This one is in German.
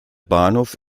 bahnhof